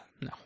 No